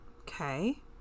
okay